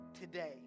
today